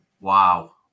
wow